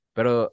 Pero